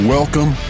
Welcome